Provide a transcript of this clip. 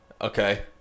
Okay